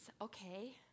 okay